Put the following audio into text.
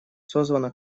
созвана